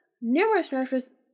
numerous